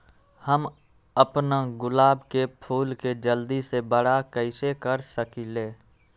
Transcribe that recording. हम अपना गुलाब के फूल के जल्दी से बारा कईसे कर सकिंले?